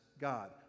God